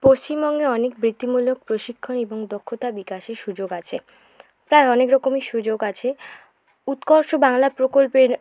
পশ্চিমবঙ্গে অনেক বৃত্তিমূলক প্রশিক্ষণ এবং দক্ষতা বিকাশের সুযোগ আছে প্রায় অনেক রকমই সুযোগ আছে উৎকর্ষ বাংলা প্রকল্পের